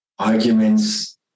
Arguments